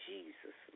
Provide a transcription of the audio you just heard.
Jesus